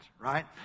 right